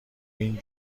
این